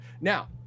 now